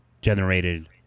generated